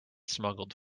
smuggled